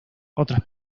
otras